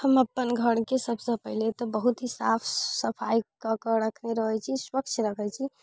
हम अपन घरके सबसँ पहिले तऽ बहुत ही साफ सफाइ कऽ कऽ रखने रहै छी स्वच्छ रखै छी